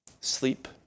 Sleep